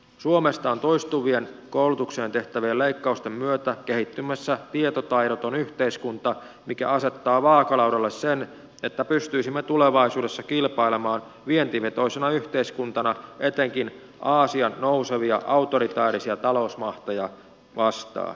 suomesta on toistuvien koulutukseen tehtävien leikkausten myötä kehittymässä tietotaidoton yhteiskunta mikä asettaa vaakalaudalle sen että pystyisimme tulevaisuudessa kilpailemaan vientivetoisena yhteiskuntana etenkin aasian nousevia autoritäärisiä talousmahteja vastaan